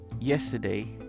Yesterday